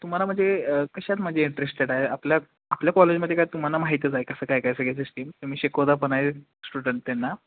तुम्हाला म्हणजे कशात म्हणजे इंटरेस्टेड आहे आपल्या आपल्या कॉलेजमध्ये काय तुम्हाला माहीतचं आहे कसं काय काय सगळी सिस्टीम तुम्ही शिकवता पण आहे स्टुडंट त्यांना